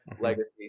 legacy